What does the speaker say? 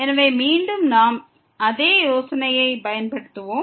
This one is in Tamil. எனவே மீண்டும் நாம் அதே யோசனையைப் பயன்படுத்துவோம்